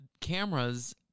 cameras